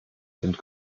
sind